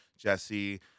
jesse